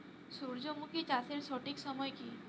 সূর্যমুখী চাষের সঠিক সময় কি?